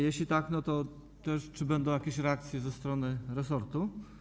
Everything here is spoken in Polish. Jeśli tak, to czy będą jakieś reakcje ze strony resortu?